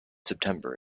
september